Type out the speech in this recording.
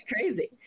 Crazy